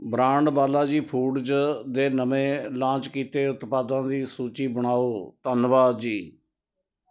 brand Balaji foods ਦੇ ਨਵੇਂ launch ਕੀਤੇ ਉਤਪਾਦਾਂ ਦੀ ਸੂਚੀ ਬਣਾਓ ਧੰਨਵਾਦ ਜੀ